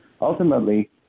Ultimately